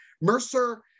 Mercer